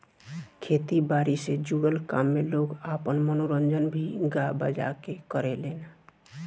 खेती बारी से जुड़ल काम में लोग आपन मनोरंजन भी गा बजा के करेलेन